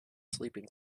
sleeping